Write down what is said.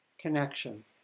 connection